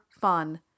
fun